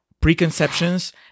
preconceptions